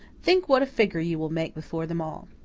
think what a figure you will make before them all.